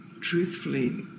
Truthfully